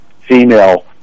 female